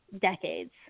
decades